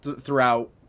throughout